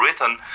written